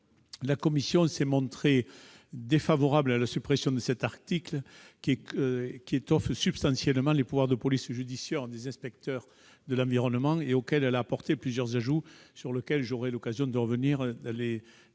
La commission est défavorable à la suppression de cet article, qui étoffe substantiellement les pouvoirs de police judiciaire des inspecteurs de l'environnement. Elle y a apporté plusieurs ajouts, sur lesquels j'aurai l'occasion de revenir. Nous ne sommes